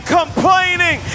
complaining